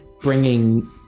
bringing